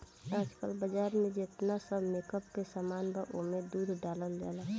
आजकल बाजार में जेतना सब मेकअप के सामान बा ओमे दूध डालल जाला